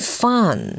fun